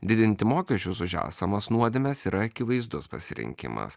didinti mokesčius už esamas nuodėmes yra akivaizdus pasirinkimas